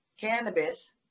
cannabis